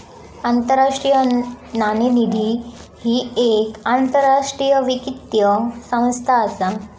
आंतरराष्ट्रीय नाणेनिधी ही येक आंतरराष्ट्रीय वित्तीय संस्था असा